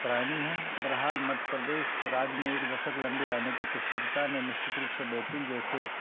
सराहनीय है बहराल मध्यप्रदेश राज्य में एक दशक लंबी राजनीतिक स्थिरता ने निश्चित रूप से बैतूल जैसे